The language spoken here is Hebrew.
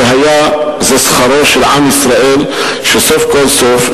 והיה זה שכרו של עם ישראל שסוף כל סוף יוכל,